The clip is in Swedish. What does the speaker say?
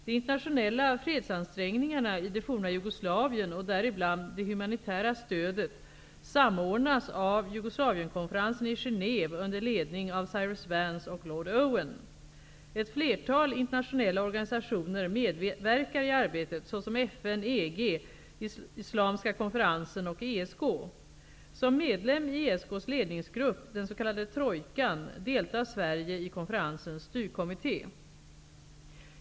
De internationella fredsansträngningarna i det forna Jugoslavien, och däribland det humanitära stödet, samordnas av Jugoslavienkonferensen i Owen. Ett flertal internationella organisationer medverkar i arbetet såsom FN, EG, Islamiska konferensen och ESK. Som medlem i ESK:s ledningsgrupp, den s.k. trojkan, deltar Sverige i konferensens styrkommitté.